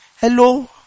Hello